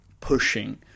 pushing